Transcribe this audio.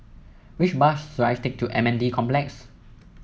which bus should I take to M N D Complex